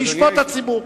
וישפוט הציבור.